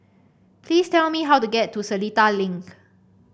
please tell me how to get to Seletar Link